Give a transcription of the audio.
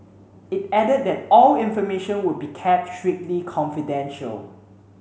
it added that all information would be kept strictly confidential